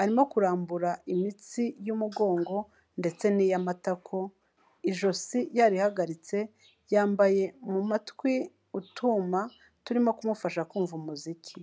arimo kurambura imitsi y'umugongo ndetse n'iy'amatako ijosi yarihagaritse, yambaye mu matwi utwuma turimo kumufasha kumva umuziki.